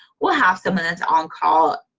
we'll have someone that's on-call,